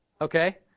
Okay